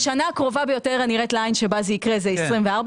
השנה הקרובה ביותר הנראית לעין שבה זה יקרה זה 24',